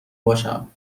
باشم